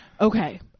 okay